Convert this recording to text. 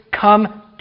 come